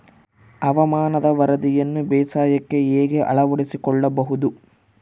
ಹವಾಮಾನದ ವರದಿಯನ್ನು ಬೇಸಾಯಕ್ಕೆ ಹೇಗೆ ಅಳವಡಿಸಿಕೊಳ್ಳಬಹುದು?